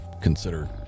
consider